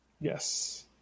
Yes